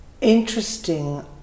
Interesting